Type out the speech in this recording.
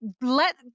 Let